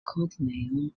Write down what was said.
codename